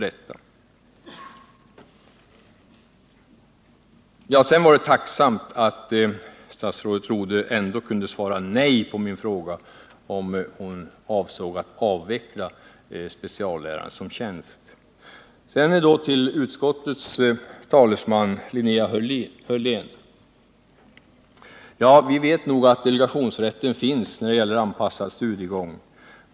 Det var bra att statsrådet Rodhe ändå kunde svara nej på min fråga om hon avser att avveckla speciallärartjänsterna. Sedan till utskottets talesman Linnea Hörlén. Vi vet nog att delegationsrätten finns när det gäller anpassad studiegång.